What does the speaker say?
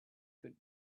could